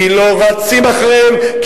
כי לא רצים אחריהם.